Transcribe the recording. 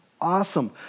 awesome